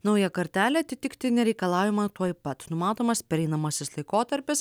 naująją kartelę atitikti nereikalaujama tuoj pat numatomas pereinamasis laikotarpis